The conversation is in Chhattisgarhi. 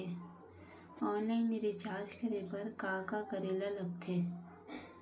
ऑनलाइन रिचार्ज करे बर का का करे ल लगथे?